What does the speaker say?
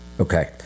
Okay